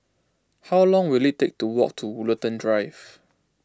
how long will it take to walk to Woollerton Drive